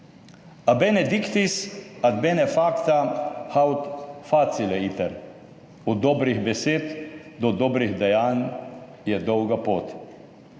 A bene dictis ad bene facta haud facile iter - od dobrih besed do dobrih dejanj je dolga pot.